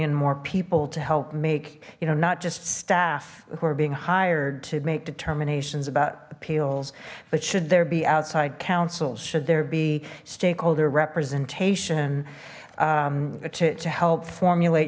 in more people to help make you know not just staff who are being hired to make determinations about appeals but should there be outside counsel should there be stakeholder representation to help formulate